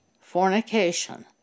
fornication